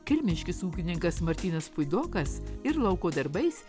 kelmiškis ūkininkas martynas puidokas ir lauko darbais